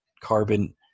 carbon